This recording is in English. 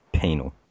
Penal